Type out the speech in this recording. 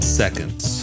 seconds